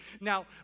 Now